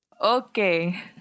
Okay